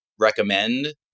recommend